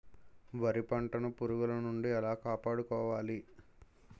వరి పంటను పురుగుల నుండి ఎలా కాపాడుకోవాలి?